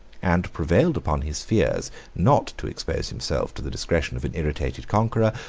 and prevailed upon his fears not to expose himself to the discretion of an irritated conqueror,